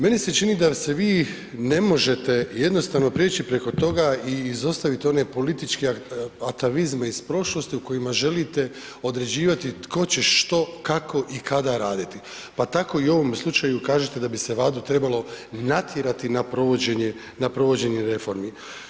Meni se čini da se vi ne možete jednostavno prijeći preko toga i izostaviti one političke atavizme iz prošlosti u kojima želite određivati tko će što, kako i kada raditi, pa tako i u ovome slučaju kažete da bi se Vladu trebalo natjerati na provođenje, na provođenje reformi.